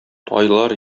айлар